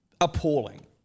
Appalling